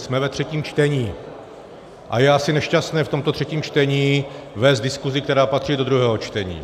Jsme ve třetím čtení a je asi nešťastné v tomto třetím čtení vést diskusi, která patří do druhého čtení.